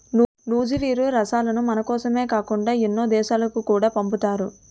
నూజివీడు రసాలను మనకోసమే కాకుండా ఎన్నో దేశాలకు కూడా పంపుతారు